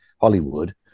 Hollywood